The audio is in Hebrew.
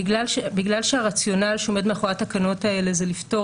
בגלל שהרציונל שעומד מאחורי התקנות האלה זה לפטור